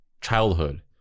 childhood